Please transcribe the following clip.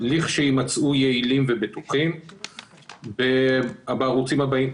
לכשיימצאו יעילים ובטוחים בערוצים הבאים: